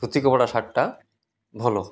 କତି କପଡ଼ା ସାର୍ଟ୍ଟା ଭଲ